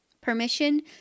permission